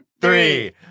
three